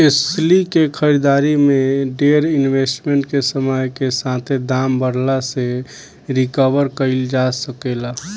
एस्ली के खरीदारी में डेर इन्वेस्टमेंट के समय के साथे दाम बढ़ला से रिकवर कईल जा सके ला